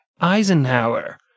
Eisenhower